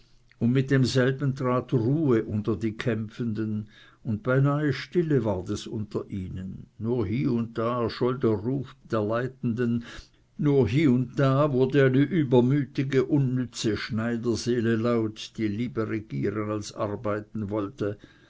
und mit demselben trat ruhe unter die kämpfenden und beinahe stille ward es unter ihnen nur hie und da erscholl der ruf der leitenden nur hie und da wurde eine übermütige unnütze schneiderseele laut die lieber regieren als arbeiten wollte